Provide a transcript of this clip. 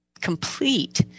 complete